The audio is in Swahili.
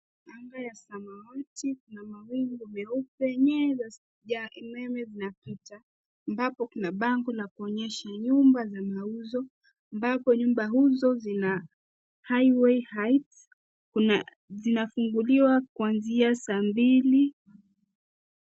Anga ya samawati na mawingu meupe. Nyaya za umeme zinapita, ambapo kuna bango la kuonyesha ni nyumba za mauzo ambapo nyumba hizo ni za Highway Heights . Kuna, zinafunguliwa kuanzia saa mbili.